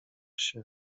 się